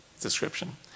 description